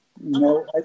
No